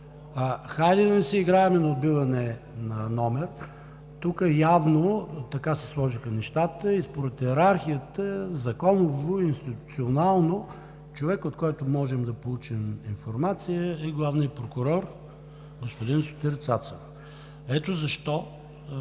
Хайде да не си играем на отбиване на номер! Тук явно така се сложиха нещата и според йерархията, и законово, и институционално човек, от който можем да получим информация, е главният прокурор господин Сотир Цацаров. Ето защо